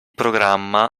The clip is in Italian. programma